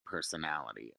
personality